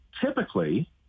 typically